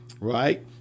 right